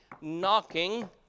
knocking